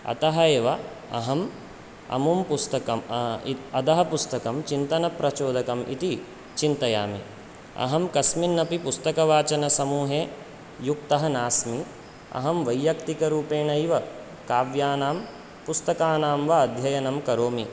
अतः एव अहम् अमुं पुस्तकं अदः पुस्तकं चिन्तनप्रचोदकम् इति चिन्तयामि अहं कस्मिन्नपि पुस्तकवाचनसमूहे युक्तः नास्मि अहं वैयक्तिकरूपेणैव काव्यानां पुस्तकानां वा अध्ययनं करोमि